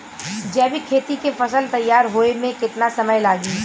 जैविक खेती के फसल तैयार होए मे केतना समय लागी?